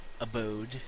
abode